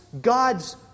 God's